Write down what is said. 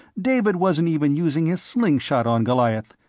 david wasn't even using his slingshot on goliath.